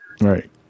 Right